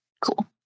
cool